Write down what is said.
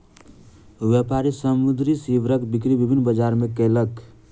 व्यापारी समुद्री सीवरक बिक्री विभिन्न बजार मे कयलक